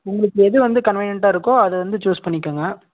உங்களுக்கு எது வந்து கன்வீனியண்ட்டாக இருக்கோ அதை வந்து சூஸ் பண்ணிக்கோங்க